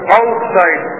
outside